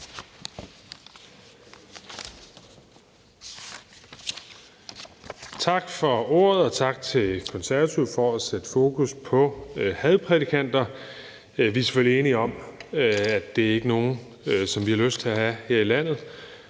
Tak for ordet, og tak til Konservative for at sætte fokus på hadprædikanter. Vi er selvfølgelig enige om, at det ikke er nogen, som vi har lyst til at have her i landet,